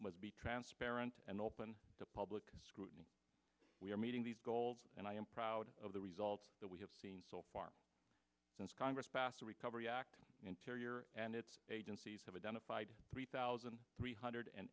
must be transparent and open to public scrutiny we are meeting these goals and i am proud of the results that we have seen so far since congress passed the recovery act interior and its agencies have identified three thousand three hundred